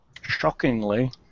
Shockingly